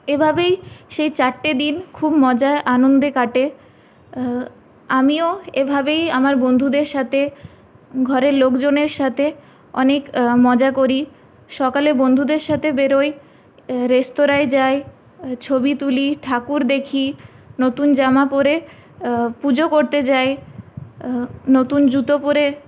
এভাবেই সেই চারটে দিন খুব মজায় আনন্দে কাটে আমিও এভাবেই আমার বন্ধুদের সাথে ঘরের লোকজনের সাথে অনেক মজা করি সকালে বন্ধুদের সাথে বেরোই রেস্তোরাঁয় যাই ছবি তুলি ঠাকুর দেখি নতুন জামা পরে পুজো করতে যাই নতুন জুতো পরে